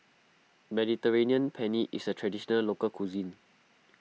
Mediterranean Penne is a Traditional Local Cuisine